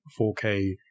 4K